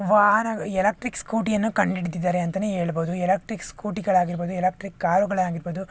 ವಾಹನ ಎಲಕ್ಟಿಕ್ ಸ್ಕೂಟಿಯನ್ನು ಕಂಡಿಡಿದಿದ್ದಾರೆ ಅಂತನೇ ಹೇಳ್ಬೋದು ಎಲಕ್ಟಿಕ್ ಸ್ಕೂಟಿಗಳಾಗಿರ್ಬೊದು ಎಲಕ್ಟಿಕ್ ಕಾರುಗಳಾಗಿರ್ಬೊದು